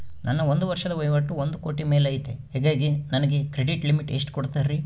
ನನ್ನ ಒಂದು ವರ್ಷದ ವಹಿವಾಟು ಒಂದು ಕೋಟಿ ಮೇಲೆ ಐತೆ ಹೇಗಾಗಿ ನನಗೆ ಕ್ರೆಡಿಟ್ ಲಿಮಿಟ್ ಎಷ್ಟು ಕೊಡ್ತೇರಿ?